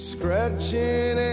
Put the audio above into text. Scratching